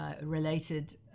related